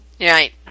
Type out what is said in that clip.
Right